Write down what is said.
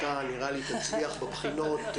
אתה נראה לי תצליח בבחינות.